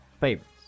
favorites